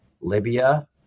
Libya